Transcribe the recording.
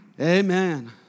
Amen